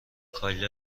کایلا